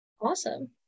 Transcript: awesome